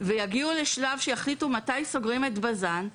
ויגיעו לשלב שיחליטו מתי סוגרים את בז"ן.